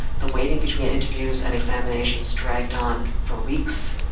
the waiting between interviews and examinations dragged on for weeks,